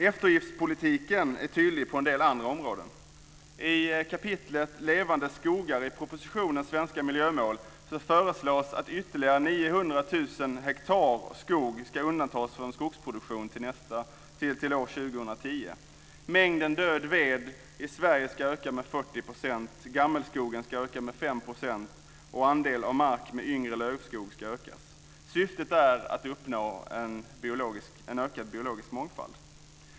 Eftergiftspolitiken är tydlig på en del andra områden. Mängden död ved i Sverige ska öka med 40 %, gammelskogen ska öka med 5 % och andelen mark med yngre lövskog ska ökas. Syftet är att uppnå en ökad biologisk mångfald.